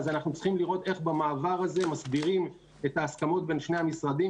צריך לראות איך במעבר הזה מסדירים את ההסכמות בין שני המשרדים,